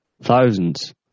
thousands